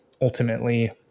ultimately